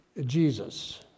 Jesus